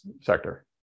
sector